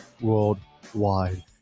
worldwide